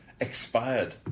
expired